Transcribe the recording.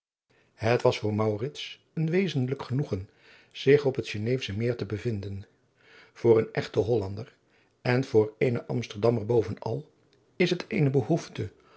het was voor maurits een wezenlijk genoegen zich op het geneefsche meer te bevinden voor een echten hollander en voor eenen amsterdammer bovenal is het eene behoefte